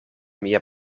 mia